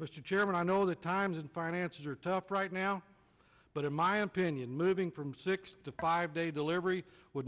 mr chairman i know the times and finances are tough right now but in my opinion moving from six to five day delivery would